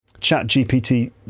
ChatGPT